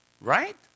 Right